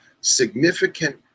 significant